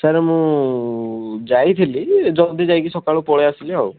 sir ମୁଁ ଯାଇଥିଲି ଜଲ୍ଦି ଯାଇକି ସକାଳୁ ପଳେଇ ଆସିଲି ଆଉ